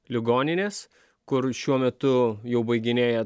ligoninės kur šiuo metu jau baiginėja